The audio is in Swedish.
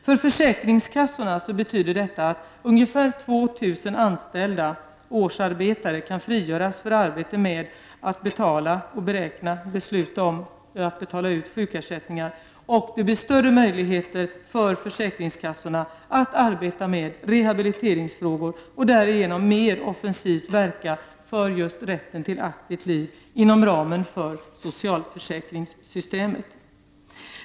För försäkringskassorna betyder detta att ungefär 2000 årsarbetare kan frigöras från arbete med att besluta om, beräkna och betala sjukersättningar och att det blir större möjligheter för försäkringskassorna att arbeta med rehabiliteringsfrågor och därigenom mer offensivt verka för just rätten till aktivt liv, inom ramen för socialförsäkringssystemet.